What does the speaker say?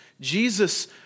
Jesus